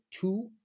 two